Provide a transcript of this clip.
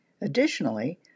Additionally